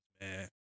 man